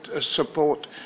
support